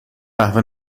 قهوه